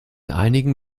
einigen